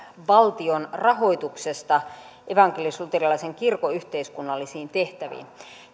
valtion rahoituksesta evankelisluterilaisen kirkon yhteiskunnallisiin tehtäviin